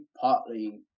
partly